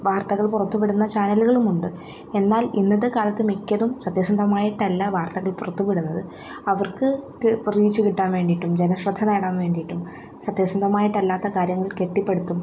വാർത്തകൾ പുറത്തുവിടുന്ന ചാനലുകളുമുണ്ട് എന്നാൽ ഇന്നത്തെകാലത്ത് മിക്കതും സത്യസന്ധമായിട്ടല്ല വാർത്തകൾ പുറത്തുവിടുന്നത് അവർക്ക് ക് റീച്ച് കിട്ടാൻ വേണ്ടിയിട്ടും ജനശ്രദ്ധ നേടാൻ വേണ്ടിയിട്ടും സത്യസന്ധമായിട്ടല്ലാത്ത കാര്യങ്ങൾ കെട്ടിപ്പടുത്തും